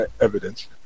evidence